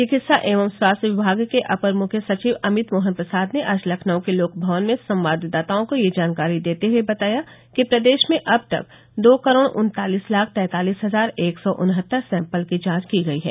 चिकित्सा एवं स्वास्थ्य विभाग के अपर मुख्य सचिव अमित मोहन प्रसाद ने आज लखनऊ के लोकभवन में संवाददाताओं को यह जानकारी देते हये बताया कि प्रदेश में अब तक दो करोड़ उन्तालिस लाख तैंतालिस हजार एक सौ उनहत्तर सैम्पल की जांच की गयी है